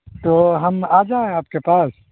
تو ہم آ جائیں آپ کے پاس